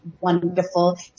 wonderful